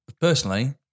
personally